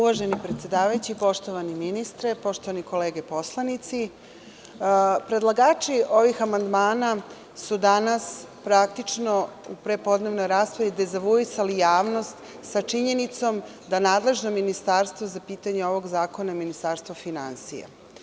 Uvaženi predsedavajući, poštovani ministre, poštovane kolege poslanici, predlagači ovih amandmana su danas praktično u prepodnevnoj raspravi dezavuisali javnost sa činjenicom da je nadležno ministarstvo za pitanje ovog zakona Ministarstvo finansija.